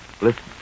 Listen